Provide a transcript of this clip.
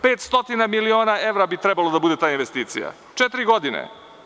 Pet stotina miliona evra bi trebalo da bude ta investicija, četiri godine.